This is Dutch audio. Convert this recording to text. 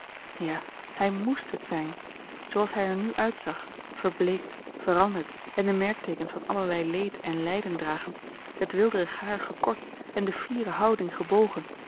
ja hij moest het zijn zooals hij er nu uitzag verbleekt veranderd en de merkteekens van allerlei leed en lijden dragend het weelderig haar gekort en de fiere houding gebogen